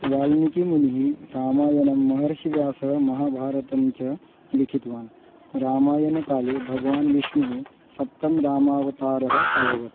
वाल्मिकिमुनिना रामायणं महर्षिव्यासेन महाभारतं च लिखितवान् रामायणकाले भगवान् विष्णोः सप्तमः रामावतारः अभवत्